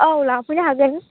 औ लांफैनो हागोन